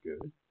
good